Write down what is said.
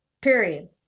Period